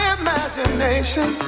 imagination